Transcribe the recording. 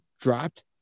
dropped